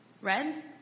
Red